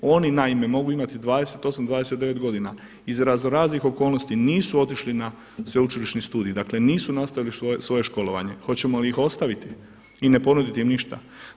Oni naime mogu imati 28, 29 godina iz raznoraznih okolnosti nisu otišli na sveučilišni studij, dakle nisu nastavili svoje školovanje hoćemo li ih ostaviti i ne ponuditi im ništa?